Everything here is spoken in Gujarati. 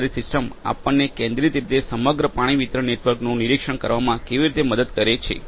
આધારિત સિસ્ટમ આપણને કેન્દ્રિત રીતે સમગ્ર પાણી વિતરણ નેટવર્કનું નિરીક્ષણ કરવામાં કેવી રીતે મદદ કરે છે